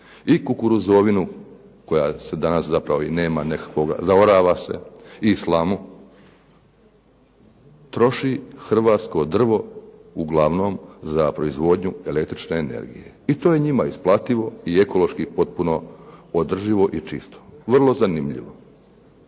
i kukuruzovinu koja se danas zapravo i nema nekakvoga, zavarava se i slamu, troši hrvatsko drvo uglavnom za proizvodnju električne energije. I to je njima isplativo i ekološki potpuno održivo i čisto. Vrlo zanimljivo.